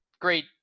great